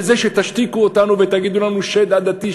בזה שתשתיקו אותנו ותגידו לנו "שד עדתי",